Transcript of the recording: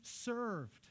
served